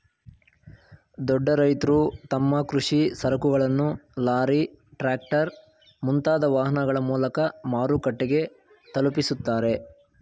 ದೊಡ್ಡ ರೈತ್ರು ತಮ್ಮ ಕೃಷಿ ಸರಕುಗಳನ್ನು ಲಾರಿ, ಟ್ರ್ಯಾಕ್ಟರ್, ಮುಂತಾದ ವಾಹನಗಳ ಮೂಲಕ ಮಾರುಕಟ್ಟೆಗೆ ತಲುಪಿಸುತ್ತಾರೆ